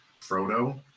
Frodo